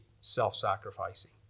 self-sacrificing